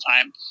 time